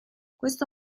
questo